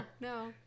no